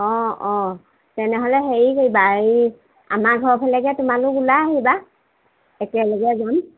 অঁ অঁ তেনেহ'লে হেৰি কৰিবা এই আমাৰ ঘৰৰ ফালেকে তোমালোক ওলাই আহিবা একেলগে যাম